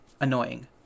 annoying